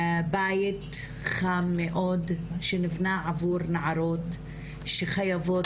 בית חם מאוד שנבנה עבור נערות שחייבות